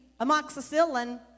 amoxicillin